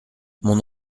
mon